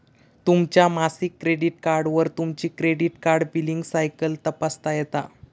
तुमच्या मासिक क्रेडिट कार्डवर तुमची क्रेडिट कार्ड बिलींग सायकल तपासता येता